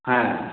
হ্যাঁ